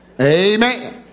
Amen